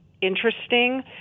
interesting